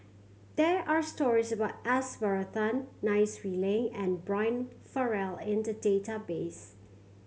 there are stories about S Varathan Nai Swee Leng and Brian Farrell in the database